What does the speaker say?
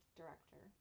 director